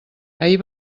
ahir